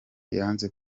yanze